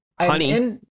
honey